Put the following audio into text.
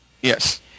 Yes